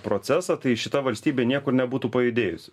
procesą tai šita valstybė niekur nebūtų pajudėjusi